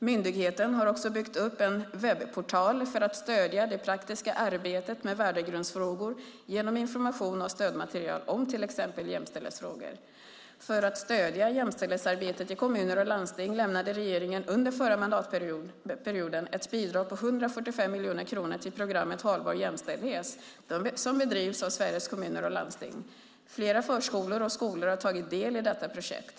Myndigheten har också byggt upp en webbportal för att stödja det praktiska arbetet med värdegrundsfrågor genom information och stödmaterial om till exempel jämställdhetsfrågor. För att stödja jämställdhetsarbetet i kommuner och landsting lämnade regeringen under förra mandatperioden ett bidrag på 145 miljoner kronor till programmet Hållbar jämställdhet, som bedrivs av Sveriges Kommuner och Landsting. Flera förskolor och skolor har tagit del i detta projekt.